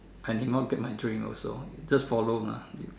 I may not get my dream also just follow mah